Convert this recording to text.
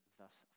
thus